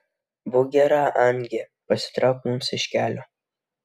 būk gera angie pasitrauk mums iš kelio